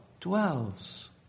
dwells